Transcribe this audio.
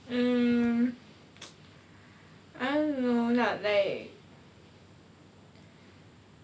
mm I don't know lah like